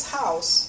house